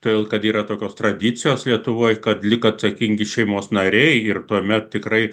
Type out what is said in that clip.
todėl kad yra tokios tradicijos lietuvoj kad lyg atsakingi šeimos nariai ir tuomet tikrai